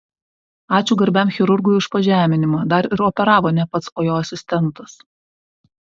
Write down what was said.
ačiū garbiam chirurgui už pažeminimą dar ir operavo ne pats o jo asistentas